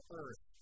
earth